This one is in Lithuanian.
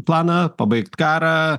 planą pabaigt karą